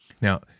Now